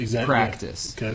practice